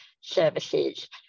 services